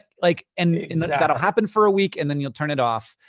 like, and that'll happen for a week and then you'll turn it off.